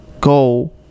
go